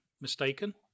mistaken